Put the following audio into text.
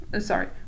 sorry